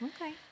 okay